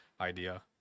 idea